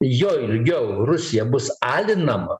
juo ilgiau rusija bus alinama